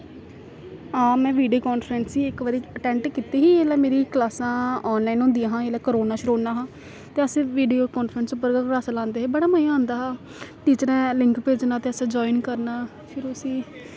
हां में video conference ही इक बारी अटैंड कीती ही जिल्लै मेरियां क्लासां आनलाईन होंदियां हां जिल्लै करोना शरोना हा ते अस वीडियो कांफ्रैंस उप्पर गै क्लासां लांदे हे बड़ा मजा औंदा हा टीचरें लिंक भेजना ते असें जाइन करना फिर उस्सी